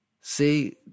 See